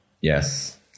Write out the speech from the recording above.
Yes